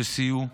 שסייעו,